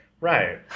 Right